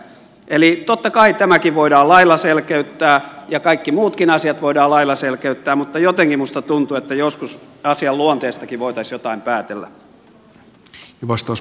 eli totta kai tämäkin voidaan lailla selkeyttää ja kaikki muutkin asiat voidaan lailla selkeyttää mutta jotenkin minusta tuntuu että joskus asian luonteestakin voitaisiin jotain päätellä